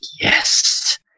Yes